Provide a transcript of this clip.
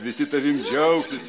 visi tavim džiaugsis